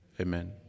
Amen